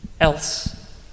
else